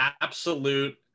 absolute